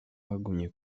bagumye